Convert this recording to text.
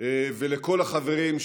ולכל החברים,